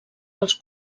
pels